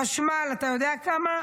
חשמל, אתה יודע כמה?